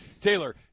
Taylor